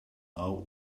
all